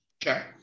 Sure